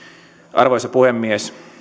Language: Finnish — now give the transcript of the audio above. arvoisa puhemies